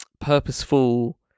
purposeful